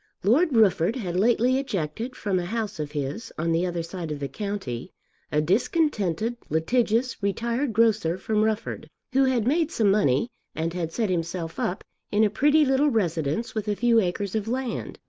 lord rufford had lately ejected from a house of his on the other side of the county a discontented litigious retired grocer from rufford, who had made some money and had set himself up in a pretty little residence with a few acres of land.